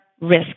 risk